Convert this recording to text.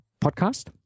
podcast